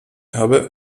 habe